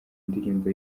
ndirimbo